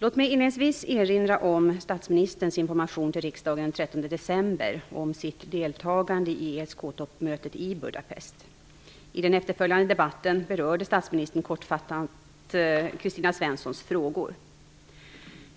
Låt mig inledningsvis erinra om statsministerns information till riksdagen den 13 december om sitt deltagande i ESK:s toppmöte i Budapest. I den efterföljande debatten berörde statsministern kortfattat Jag